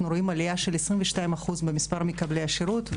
רואים עלייה של 22% במספר מקבלי השירות,